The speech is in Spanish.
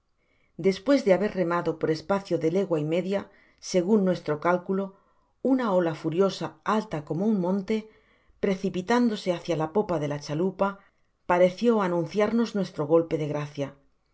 despues de haber remado por espacio de legua y media segun nuestro cálculo una ola furiosa alta como un monte precipitándose hácia la popa de la chalupa pareció anunciarnos nuestro golpe de gracia